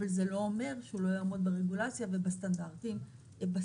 אבל עוד לא אומר שהוא לא יעמוד ברגולציה ובסטנדרטים המקצועיים.